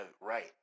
right